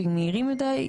שהם מהירים מידיי יותר.